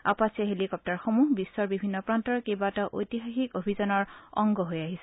Apache হেলিকপ্তাৰসমূহ বিশ্বৰ বিভিন্ন প্ৰান্তৰ কেইবাটাও ঐতিহাসিক অভিযানৰ অংগ হৈ আহিছে